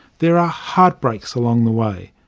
there are heartbreaks along the way,